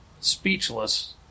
speechless